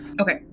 Okay